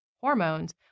hormones